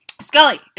Scully